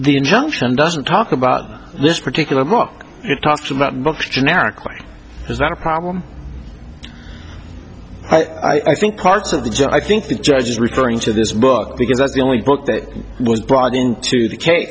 the injunction doesn't talk about this particular book it talks about not generically is that a problem i think parts of the job i think the judge is referring to this book because that's the only book that was brought into the ca